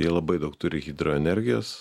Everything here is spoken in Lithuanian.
jie labai daug turi hidroenergijos